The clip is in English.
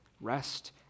rest